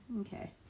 Okay